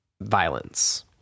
violence